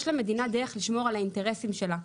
יש למדינה דרך לשמור על האינטרסים שלה.